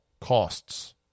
costs